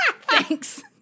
Thanks